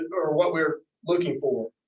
are what we are looking for.